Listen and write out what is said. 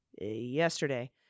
yesterday